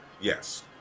Yes